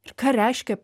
ir ką reiškia